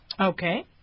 Okay